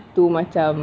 to macam